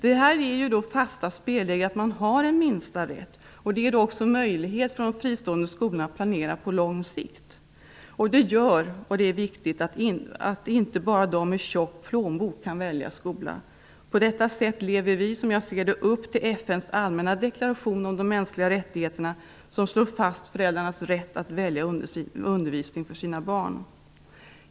Att eleven har en minsta rätt ger fasta spelregler. Det ger också möjlighet för de fristående skolorna att planera på lång sikt. Det gör, vilket är viktigt, att det inte bara är de som har en tjock plånbok som kan välja skola. På detta sätt lever vi upp till FN:s allmänna deklaration om de mänskliga rättigheterna, som slår fast föräldrarnas rätt att välja undervisning för sina barn.